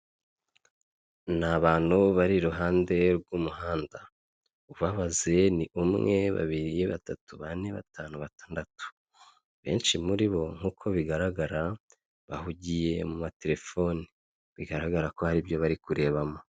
Ni abantu bari iruhande rw'umuhanda ubabaze ni umwe ,babiri, batatu, bane, batanu, batandatu benshi muri bo nk'uko bigaragara bahugiye mu ma terefone bigaragara ko aribyo bari kurebamo.